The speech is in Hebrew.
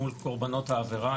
מול קורבנות העבירה,